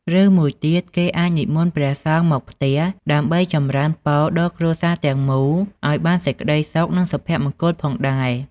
ឬមួយទៀតគេអាចនិមន្តព្រះសង្ឃមកផ្ទះ ដើម្បីចម្រើនពរដល់គ្រួសារទាំងមូលឱ្យបានសេចក្ដីសុខ និងសុភមង្គលផងដែរ។